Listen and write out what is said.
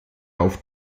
auf